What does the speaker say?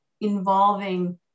involving